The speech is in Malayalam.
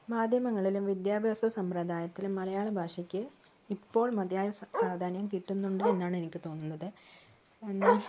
മാധ്യമങ്ങളിലും വിദ്യാഭ്യാസ സമ്പ്രദായത്തിലും മലയാള ഭാഷയ്ക്ക് ഇപ്പോൾ മതിയായ സ് പ്രാധാന്യം കിട്ടുന്നുണ്ട് എന്നാണ് എനിക്ക് തോന്നുന്നത് പിന്നെ